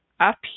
up